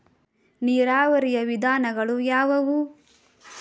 ನೀರಾವರಿಯ ವಿಧಾನಗಳು ಯಾವುವು?